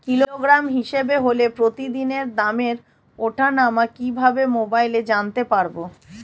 Kilogram হিসাবে হলে প্রতিদিনের দামের ওঠানামা কিভাবে মোবাইলে জানতে পারবো?